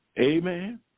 Amen